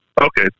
Okay